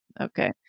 Okay